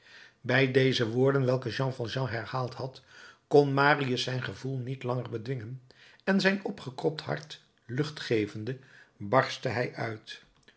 bij deze woorden welke jean valjean herhaald had kon marius zijn gevoel niet langer bedwingen en zijn opgekropt hart lucht gevende barstte hij uit